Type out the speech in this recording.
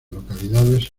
localidades